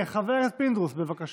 חבר הכנסת פינדרוס, בבקשה.